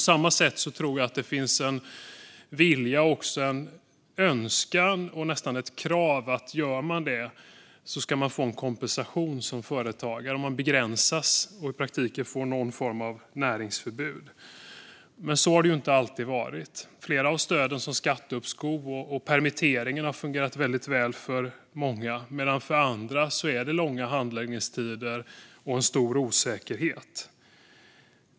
Samtidigt finns det nog en vilja, en önskan och nästan ett krav på att man om man som företagare gör detta ska få en kompensation för att man begränsas och får en form av näringsförbud. Så har det dock inte alltid varit. Flera av stöden, som skatteuppskov och permitteringsstöd, har fungerat väl för många. För andra är det långa handläggningstider och en stor osäkerhet.